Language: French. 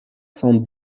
cent